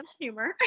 humor